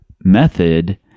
method